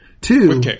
two